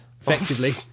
effectively